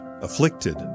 afflicted